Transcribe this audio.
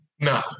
No